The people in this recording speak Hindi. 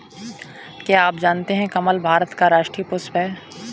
क्या आप जानते है कमल भारत का राष्ट्रीय पुष्प है?